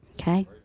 Okay